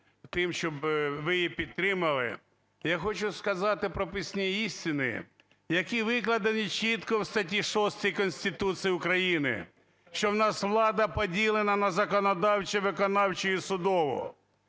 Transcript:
тим, щоб ви її підтримали, я хочу сказати прописні істини, які викладені чітко в статті 6 Конституції України, що у нас влада поділена на законодавчу, виконавчу і судову.